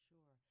Sure